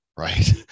Right